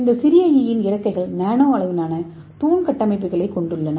இந்த சிறிய ஈவின் இறக்கைகள் நானோ அளவிலான தூண் கட்டமைப்புகளைக் கொண்டுள்ளன